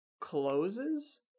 closes